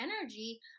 energy